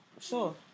Sure